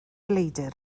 leidr